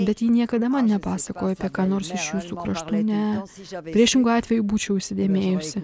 bet ji niekada man nepasakojo apie ką nors iš jūsų kraštų ne priešingu atveju būčiau įsidėmėjusi